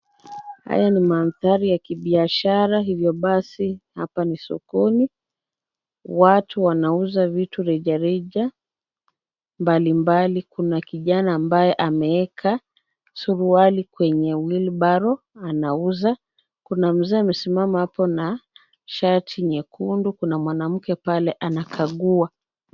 Haya ni maandhari ya kibiashara hivyo basi, hapa ni sokoni, watu wanauza vitu reja reja, mbali mbali kuna kijana ambaye ameweka suruali kwenye wheelbarrow anauza, kuna mzee amesimama hapo na shati nyekundu, kuna mwanamke pale anakagua.